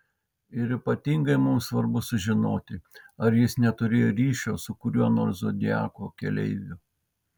ir ypatingai mums svarbu sužinoti ar jis neturėjo ryšio su kuriuo nors zodiako keleiviu